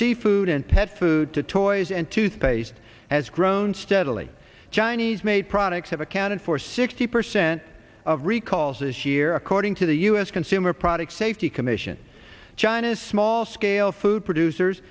seafood and pet food to toys and toothpaste has grown steadily chinese made products have accounted for sixty percent of recalls this year according to the u s consumer products safety commission china small scale food producers